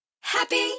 Happy